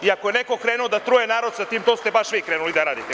Ako je neko krenuo da truje narod sa tim, to ste baš vi krenuli da radite.